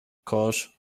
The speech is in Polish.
kosz